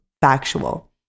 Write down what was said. factual